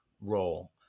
role